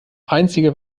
einzige